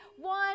one